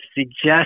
suggest